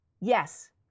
Yes